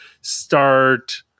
start